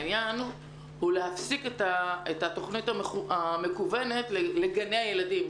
העניין הוא להפסיק את התוכנית המקוונת לגני הילדים,